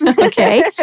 Okay